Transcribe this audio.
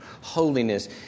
holiness